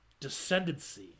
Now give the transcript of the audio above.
descendancy